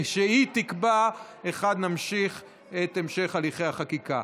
והיא תקבע היכן נמשיך את הליכי החקיקה.